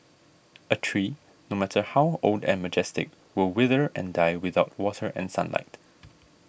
a tree no matter how old and majestic will wither and die without water and sunlight